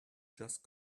just